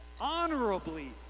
honorably